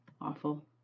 Awful